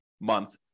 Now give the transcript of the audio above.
month